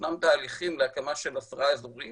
ישנם תהליכים להקמה של עשרה אזורים